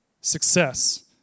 success